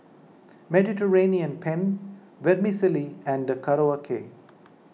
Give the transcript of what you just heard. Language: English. Mediterranean Penne Vermicelli and Korokke